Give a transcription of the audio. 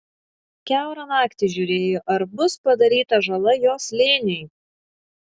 kiaurą naktį žiūrėjo ar bus padaryta žala jo slėniui